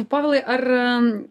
povilai ar